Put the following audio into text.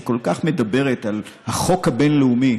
שכל כך מדברת על החוק הבין לאומי,